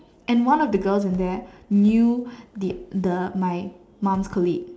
and one of the girls in there knew the the my mom's colleague